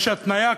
יש התניה כזאת.